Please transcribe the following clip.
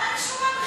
מה היא קשורה בכלל?